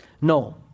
No